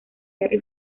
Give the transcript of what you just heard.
henry